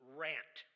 rant